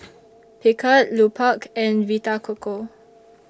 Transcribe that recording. Picard Lupark and Vita Coco